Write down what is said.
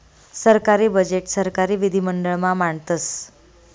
सरकारी बजेट सरकारी विधिमंडळ मा मांडतस